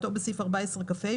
כהגדרתו בסעיף 14 כה,